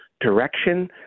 direction